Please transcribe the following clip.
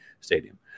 stadium